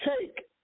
take